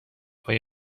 های